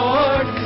Lord